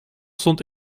stond